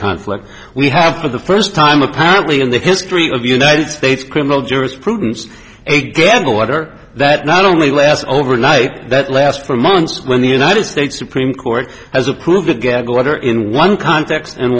conflict we have for the first time apparently in the history of united states criminal jurisprudence a gag order that not only lasts over like that last four months when the united states supreme court has approved a gag order in one context and